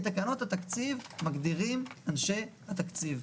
את תקנות התקציב מגדירים אנשי התקציב.